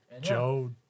Joe